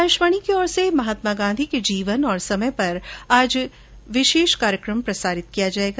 आकाशवाणी की ओर से महात्मा गांधी के जीवन और समय पर आज एक विशेष कार्यक्रम प्रसारित किया जायेगा